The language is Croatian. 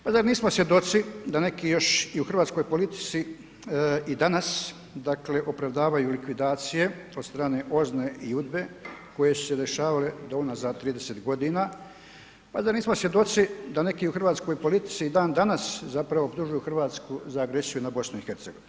Pa zar nismo svjedoci da neki još i u hrvatskoj politici i danas opravdavaju likvidacije od strane OZNA-e i UDBA-e koje su se dešavale do unazad 30 godina, pa zar nismo svjedoci da neki u hrvatskoj politici i dan danas zapravo optužuju Hrvatsku za agresiju na BiH?